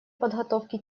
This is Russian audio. подготовке